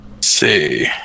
see